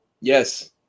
Yes